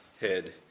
head